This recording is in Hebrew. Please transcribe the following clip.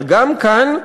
אבל גם כאן,